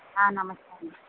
నమస్కారం